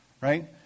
Right